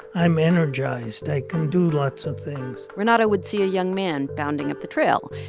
i'm energized. i can do lots of things renato would see a young man bounding up the trail,